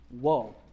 whoa